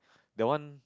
that one